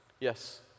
Yes